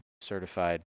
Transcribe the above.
certified